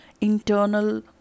internal